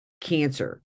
cancer